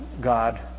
God